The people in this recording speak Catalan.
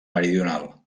meridional